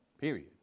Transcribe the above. Period